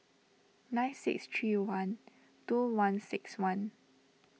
nine six three one two one six one